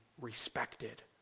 respected